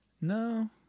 No